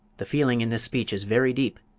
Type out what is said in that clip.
the feeling in this speech is very deep,